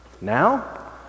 Now